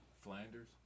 Flanders